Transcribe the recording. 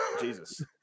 Jesus